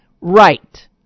right